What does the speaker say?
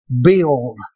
build